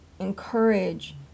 encourage